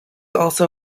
also